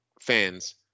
fans